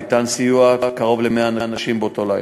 ניתן סיוע לקרוב ל-100 אנשים באותו לילה.